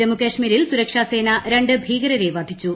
ജമ്മു കശ്മീരിൽ സുരക്ഷ സേന രണ്ട് ഭീകരരെ വധിച്ചു